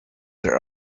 are